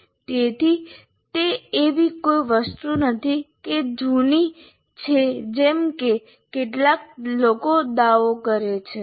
તેથી તે એવી કોઈ વસ્તુ નથી જે જૂની છે જેમ કે કેટલાક લોકો દાવો કરે છે